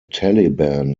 taliban